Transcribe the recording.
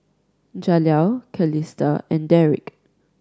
Jaleel Calista and Derick